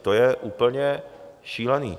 To je úplně šílené.